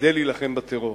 כדי להילחם בטרור.